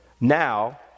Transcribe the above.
now